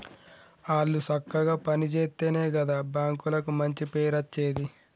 ఆళ్లు సక్కగ పని జేత్తెనే గదా బాంకులకు మంచి పేరచ్చేది